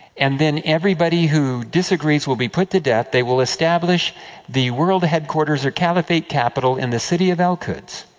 and then, everybody who disagrees will be put to death. they will establish the world headquarters, or caliphate capital, in the city of al-quds.